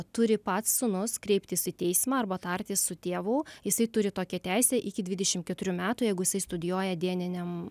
turi pats sūnus kreiptis į teismą arba tartis su tėvu jisai turi tokią teisę iki dvidešim keturių metų jeigu jis studijuoja dieniniam